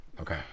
Okay